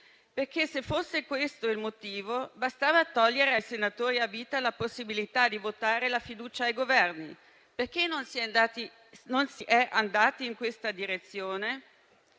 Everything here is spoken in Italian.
perché se fosse questo il motivo, basterebbe togliere ai senatori a vita la possibilità di votare la fiducia ai Governi: perché non si è andati in questa direzione?